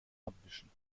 abwischen